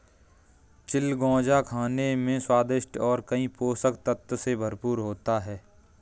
चिलगोजा खाने में स्वादिष्ट और कई पोषक तत्व से भरपूर होता है